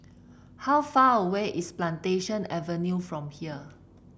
how far away is Plantation Avenue from here